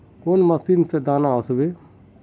कौन मशीन से दाना ओसबे?